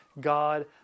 God